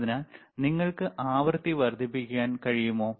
അതിനാൽ നിങ്ങൾക്ക് ആവൃത്തി വർദ്ധിപ്പിക്കാൻ കഴിയുമോ